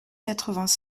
quarante